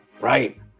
Right